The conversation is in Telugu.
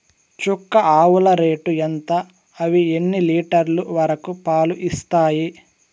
చుక్క ఆవుల రేటు ఎంత? అవి ఎన్ని లీటర్లు వరకు పాలు ఇస్తాయి?